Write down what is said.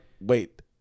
wait